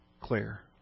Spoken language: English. clear